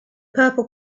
purple